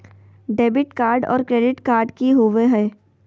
Debit card और credit card की होवे हय?